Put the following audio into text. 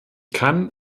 kann